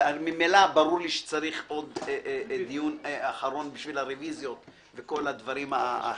וממילא ברור לי שצריך עוד דיון אחרון בשביל הרביזיות וכל הדברים האחרים.